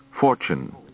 fortune